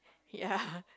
ya